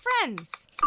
friends